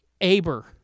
Aber